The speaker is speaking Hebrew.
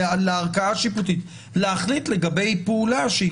לערכאה השיפוטית להחליט לגבי פעולה שהיא